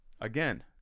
again